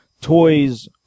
toys